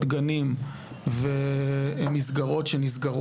גנים שנסגרים.